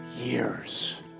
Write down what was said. years